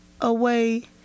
away